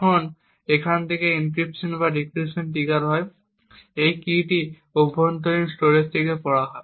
এখন যখনই একটি এনক্রিপশন বা ডিক্রিপশন ট্রিগার হয় এই কীটি অভ্যন্তরীণ স্টোরেজ থেকে পড়া হয়